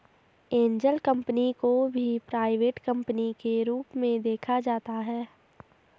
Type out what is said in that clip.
angel company को भी private company के रूप में देखा जाता है